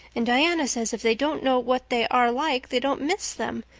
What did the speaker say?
and diana says if they don't know what they are like they don't miss them.